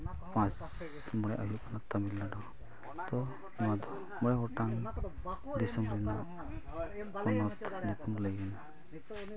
ᱯᱟᱸᱪ ᱥᱮ ᱢᱚᱬᱮᱭᱟᱜ ᱦᱩᱭᱩᱜ ᱠᱟᱱᱟ ᱛᱟᱢᱤᱞᱱᱟᱲᱩ ᱛᱚ ᱱᱚᱣᱟ ᱫᱚ ᱢᱚᱬᱮ ᱜᱚᱴᱟᱝ ᱫᱤᱥᱚᱢ ᱨᱮᱱᱟᱜ ᱯᱚᱱᱚᱛ ᱧᱩᱛᱩᱢ ᱞᱟᱹᱭ ᱦᱩᱭᱮᱱᱟ